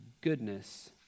goodness